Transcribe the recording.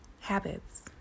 habits